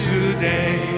Today